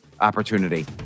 opportunity